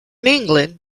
england